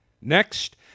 Next